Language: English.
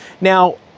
Now